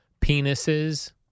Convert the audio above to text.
penises